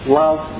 love